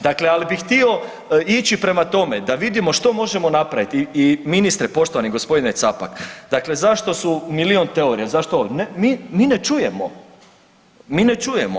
Dakle, ali bi htio ići prema tome da vidimo što možemo napraviti i ministre, poštovani g. Capak, dakle zašto su milijun teorija, zašto, mi, mi ne čujemo, mi ne čujemo.